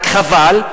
רק חבל,